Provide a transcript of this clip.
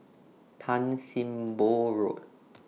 Tan SIM Boh Road